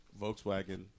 Volkswagen